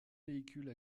véhicules